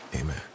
amen